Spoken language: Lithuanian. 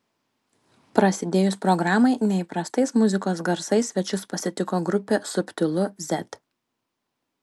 prasidėjus programai neįprastais muzikos garsais svečius pasitiko grupė subtilu z